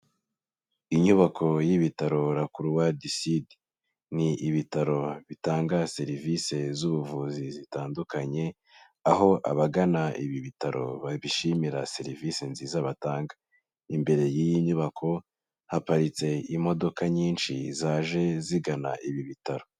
Inyubako y'ibitaro LA CROIX DU SUD, ni ibitaro bitanga serivisi z'ubuvuzi zitandukanye, aho abagana ibi bitaro babishimira serivisi nziza batanga, imbere y'iyi nyubako, haparitse imodoka nyinshi zaje zigana ibi bitaro.